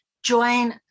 join